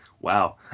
Wow